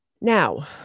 Now